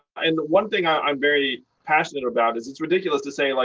and one thing i'm very passionate about is it's ridiculous to say, like,